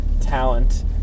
talent